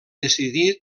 decidir